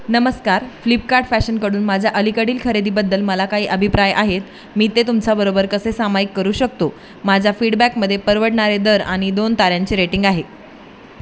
नमस्कार फ्लिपकार्ट फॅशनकडून माझ्या अलीकडील खरेदीबद्दल मला काही अभिप्राय आहेत मी ते तुमच्याबरोबर कसे सामाईक करू शकतो माझ्या फीडबॅकमध्ये परवडणारे दर आणि दोन ताऱ्यांची रेटिंग आहे